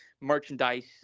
merchandise